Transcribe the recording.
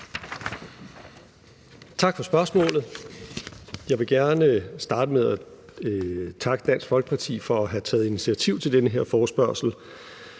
Tak for spørgsmålet. Jeg vil gerne starte med at takke Dansk Folkeparti for at have taget initiativ til den her forespørgsel.